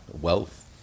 wealth